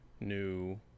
new